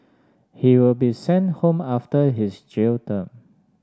he will be sent home after his jail term